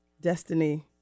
destiny